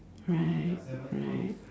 right right